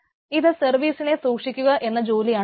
ഇത് സർവ്വീസിനെ സൂക്ഷിക്കുക എന്ന ജോലിയാണ് ചെയ്യുന്നത്